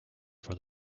for